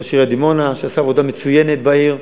ראש עיריית דימונה, שעשה עבודה מצוינת בעיר.